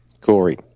Corey